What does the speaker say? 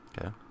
Okay